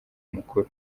mukuru